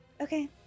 Okay